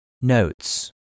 Notes